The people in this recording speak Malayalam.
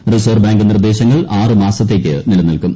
റിസർവ്വ് ബാങ്ക് നിർദ്ദേശങ്ങൾ ആറ് മാസത്തേക്ക് നിലനിൽക്കും